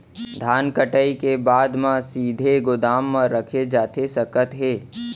धान कटाई के बाद का सीधे गोदाम मा रखे जाथे सकत हे?